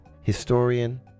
historian